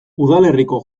udalerriko